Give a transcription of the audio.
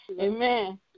Amen